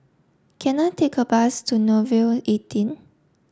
can I take a bus to Nouvel eighteen